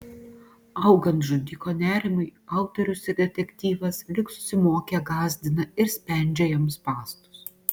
augant žudiko nerimui autorius ir detektyvas lyg susimokę gąsdina ir spendžia jam spąstus